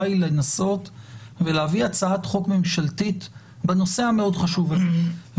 היא לנסות ולהביא הצעת חוק ממשלתית בנושא המאוד חשוב הזה.